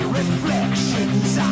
reflections